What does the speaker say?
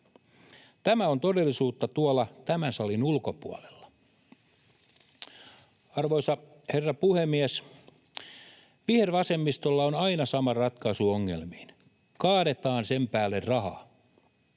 Tämä on todellisuutta tuolla tämän salin ulkopuolella. Arvoisa herra puhemies! Vihervasemmistolla on aina sama ratkaisu ongelmiin: kaadetaan niiden päälle rahaa.